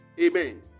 Amen